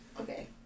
Okay